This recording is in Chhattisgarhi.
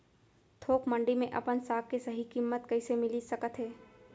थोक मंडी में अपन साग के सही किम्मत कइसे मिलिस सकत हे?